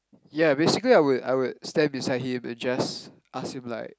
ya basically I would I would stand beside him and just ask him like